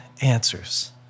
answers